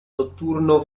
notturno